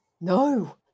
No